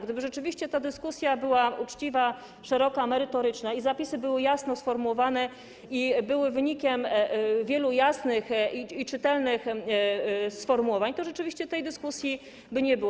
Gdyby rzeczywiście ta dyskusja była uczciwa, szeroka i merytoryczna, a zapisy były jasno sformułowane i były wynikiem wielu jasnych i czytelnych sformułowań, to rzeczywiście tej dyskusji by nie było.